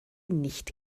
nicht